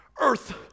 earth